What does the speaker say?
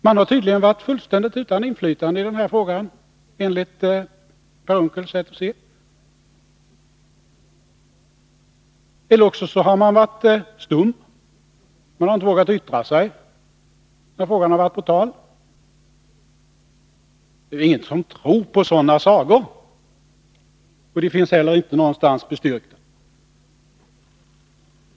De har tydligen varit fullständigt utan inflytande i den här frågan, enligt Per Unckels sätt att se. Eller också har de varit stumma — de har inte vågat yttra sig när frågan varit på tal. Ingen tror på sådana sagor, och det finns inte heller bestyrkt någonstans.